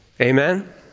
Amen